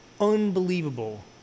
unbelievable